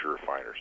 refiners